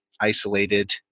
isolated